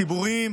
ציבוריים,